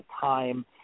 time